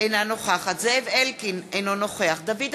אינה נוכחת זאב אלקין, אינו נוכח דוד אמסלם,